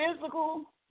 physical